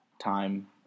time